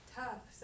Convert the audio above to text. tough